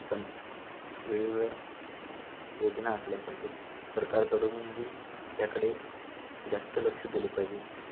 आपण वेगवेगळ्या योजना आखल्या पाहिजेत सरकारकडूनही याकडे जास्त लक्ष दिले पाहिजेत